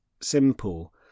simple